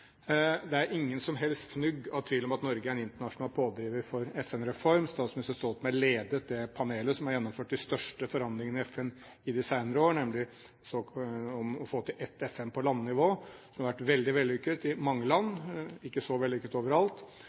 Det er ikke noe som helst fnugg av tvil om at Norge er en internasjonal pådriver for en FN-reform. Statsminister Stoltenberg ledet det panelet som har gjennomført de største forandringene i FN i de senere år, nemlig det å få til ett FN på landnivå. Dette har vært veldig vellykket i mange land – ikke så vellykket overalt